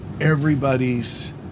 everybody's